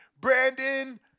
Brandon